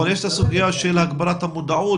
מלבד זאת יש את הסוגיה של הגברת המודעות,